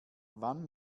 wann